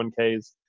401ks